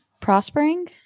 prospering